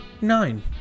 nine